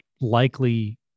likely